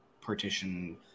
partition